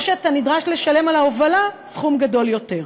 או שאתה נדרש לשלם על ההובלה סכום גדול יותר.